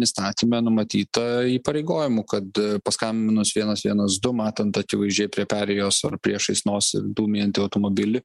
įstatyme numatyta įpareigojimų kad paskambinus vienas vienas du matant akivaizdžiai prie perėjos ar priešais nosį dūmijantį automobilį